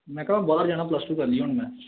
ਮੈਂ ਕਿਹਾ ਮੈਂ ਬਾਹਰ ਜਾਣਾ ਪਲੱਸ ਟੂ ਕਰ ਲਈ ਹੁਣ ਮੈਂ